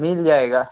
मिल जाएगा